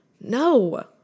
No